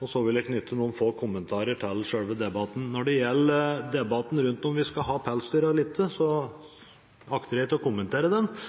og så vil jeg knytte noen få kommentarer til selve debatten. Når det gjelder debatten om hvorvidt vi skal ha pelsdyrnæring eller ikke, akter jeg ikke å kommentere